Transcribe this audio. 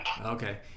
Okay